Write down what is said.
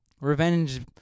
Revenge